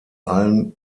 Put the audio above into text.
allen